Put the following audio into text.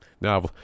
Now